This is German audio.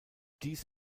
dies